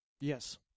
Yes